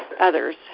others